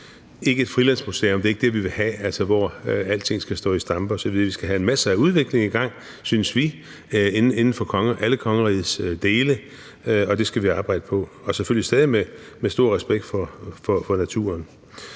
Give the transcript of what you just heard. ikke et frilandsmuseum. Det er ikke det, vi vil have, altså hvor alting skal stå i stampe. Vi skal have en masse udvikling i gang, synes Dansk Folkeparti, inden for alle kongerigets dele, og det skal vi arbejde på, selvfølgelig stadig med stor respekt for naturen.